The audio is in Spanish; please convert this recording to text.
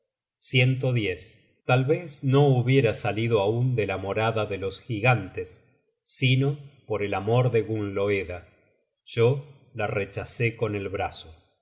tal vez no hubiera salido aun de la morada de los gigantes sino por el amor de gunnloeda yo la rechacé con el brazo